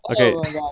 Okay